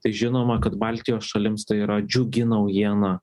tai žinoma kad baltijos šalims tai yra džiugi naujiena